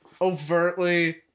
overtly